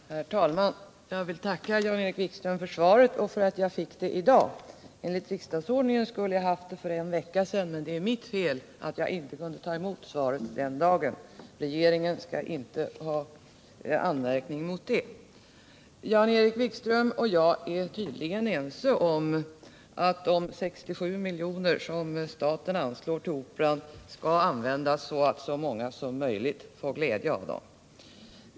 Herr talman! Jag vill tacka Jan-Erik Wikström för svaret och för att jag fick det i dag. Enligt riksdagsordningen skulle jag ha fått det för en vecka sedan, men det är mitt fel att jag inte kunde ta emot svaret den dagen. Regeringen skall inte ha någon anmärkning mot detta. Jan-Erik Wikström och jag är tydligen ense om att de 67 miljoner som staten anslår till Operan skall användas så att så många som möjligt får glädje av dem.